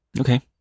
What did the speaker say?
Okay